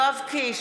יואב קיש,